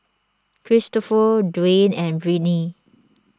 Cristofer Dwane and Brittny